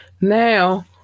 Now